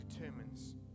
determines